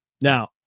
Now